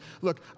look